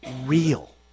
real